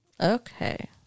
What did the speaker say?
Okay